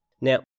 Now